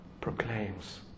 proclaims